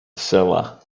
silla